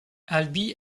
albi